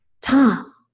Tom